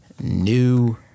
New